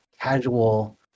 casual